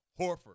Horford